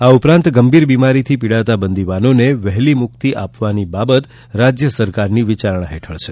આ ઉપરાંત ગંભીર બીમારીથી પીડાતા બંદીવાનોને વહેલી મુકિત આપવાની બાબત રાજ્ય સરકારની વિચારણા હેઠળ છે